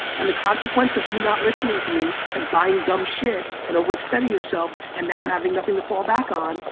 and the consequence of you not listening to me, and buying dumb shit, and over-extending yourself, and now having nothing to fall back on,